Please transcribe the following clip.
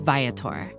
Viator